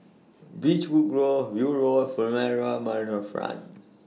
Beechwood Grove View Road Furama Riverfront